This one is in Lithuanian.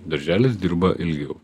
darželis dirba ilgiau